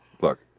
Look